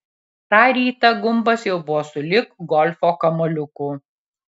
tą rytą gumbas jau buvo sulig golfo kamuoliuku